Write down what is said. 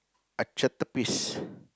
archetypes